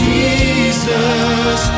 Jesus